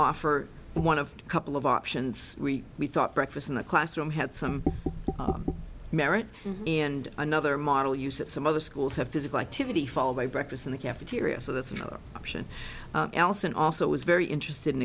offer one of a couple of options we thought breakfast in the classroom had some merit and another model used at some other schools have physical activity followed by breakfast in the cafeteria so that's another option elson also was very interested in